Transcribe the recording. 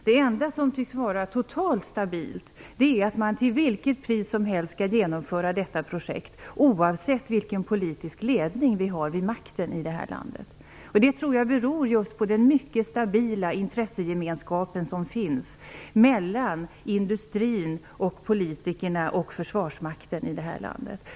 Det enda som tycks vara totalt stabilt är att man till vilket pris som helst skall genomföra detta projekt, oavsett vilken politisk ledning som har makten i det här landet. Jag tror att det beror just på den mycket stabila intressegemenskap som finns mellan industrin, politikerna och försvarsmakten i det här landet.